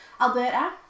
Alberta